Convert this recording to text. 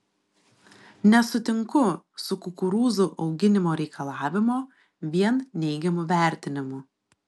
nesutinku su kukurūzų auginimo reikalavimo vien neigiamu vertinimu